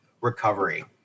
recovery